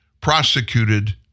prosecuted